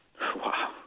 Wow